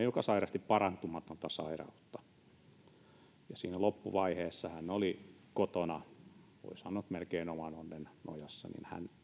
joka sairasti parantumatonta sairautta oli siinä loppuvaiheessa kotona voi sanoa melkein oman onnensa nojassa ja hän